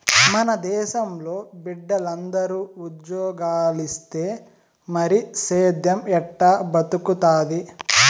మన దేశంలో బిడ్డలందరూ ఉజ్జోగాలిస్తే మరి సేద్దెం ఎట్టా బతుకుతాది